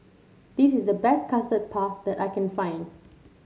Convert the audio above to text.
this is the best Custard Puff that I can find